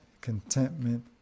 contentment